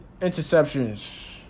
interceptions